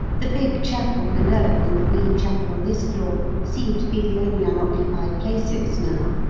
the big chapel below and the wee chapel on this floor seem to be the only unoccupied places now.